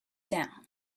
down